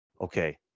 okay